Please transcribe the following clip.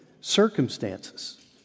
circumstances